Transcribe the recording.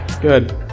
Good